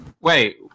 Wait